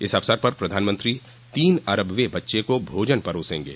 इस अवसर पर प्रधानमंत्री तीन अरबवें बच्चे को भोजन परोसेंगे